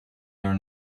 here